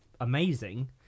amazing